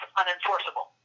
unenforceable